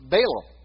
Balaam